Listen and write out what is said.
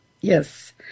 Yes